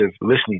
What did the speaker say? listening